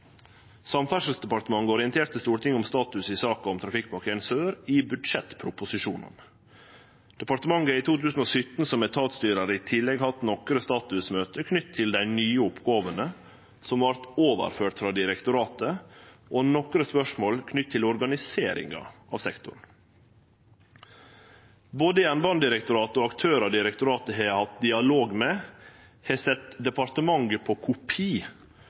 Samferdselsdepartementet orienterte Stortinget om status i saka om Trafikkpakke l Sør i budsjettproposisjonane. Departementet har i 2017 som etatsstyrar i tillegg hatt nokre statusmøte knytte til dei nye oppgåvene som vart overførte til direktoratet, og nokre spørsmål knytte til organiseringa av sektoren. Både Jernbanedirektoratet og aktørar direktoratet har hatt dialog med, har sett departementet på kopi